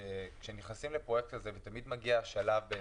כשנכנסים לפרויקט כזה תמיד מגיע השלב של